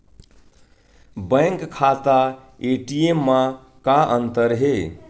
Bank खाता ATM मा का अंतर हे?